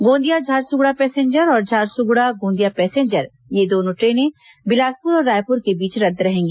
Gondia Jharsuguda passenger और Jharsuguda Gondia passenger ये दोनों ट्रेनें बिलासपुर और रायपुर के बीच रद्द रहेगी